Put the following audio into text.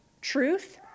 truth